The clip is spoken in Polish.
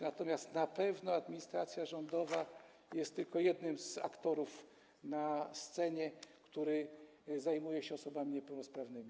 Natomiast na pewno administracja rządowa jest tylko jednym z aktorów na scenie zajmujących się osobami niepełnosprawnymi.